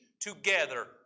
together